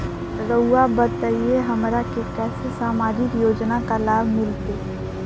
रहुआ बताइए हमरा के कैसे सामाजिक योजना का लाभ मिलते?